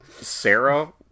Sarah